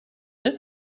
that